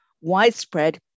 widespread